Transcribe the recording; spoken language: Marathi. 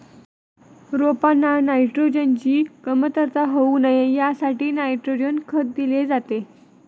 रोपांना नायट्रोजनची कमतरता होऊ नये यासाठी नायट्रोजन खत दिले जाते